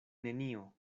nenio